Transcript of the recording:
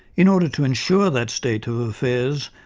in order to ensure that state of affairs,